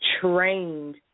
trained